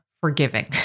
forgiving